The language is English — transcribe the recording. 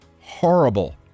horrible